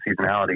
seasonality